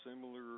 similar